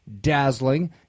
dazzling